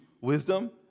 wisdom